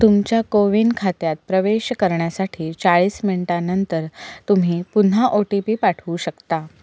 तुमच्या CoWIN खात्यात प्रवेश करण्यासाठी चाळीस मिनटानंतर तुम्ही पुन्हा ओ टी पी पाठवू शकता